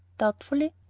doubtfully.